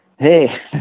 Hey